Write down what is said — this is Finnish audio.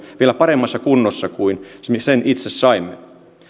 vielä paremmassa kunnossa kuin sen itse saimme